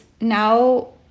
now